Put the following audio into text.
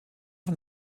von